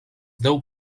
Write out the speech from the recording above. deu